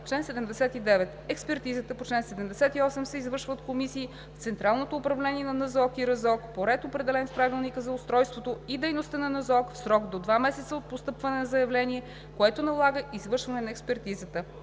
„Чл. 79. Експертизата по чл. 78 се извършва от комисии в централното управление на НЗОК и РЗОК по ред, определен в Правилника за устройството и дейността на НЗОК, в срок до два месеца от постъпване на заявление, което налага извършване на експертизата.“